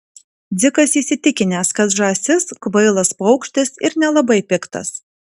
dzikas įsitikinęs kad žąsis kvailas paukštis ir nelabai piktas